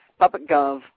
Puppetgov